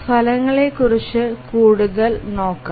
ഫലങ്ങളെക്കുറിച്ച് കൂടുതൽ നോക്കാം